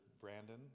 Brandon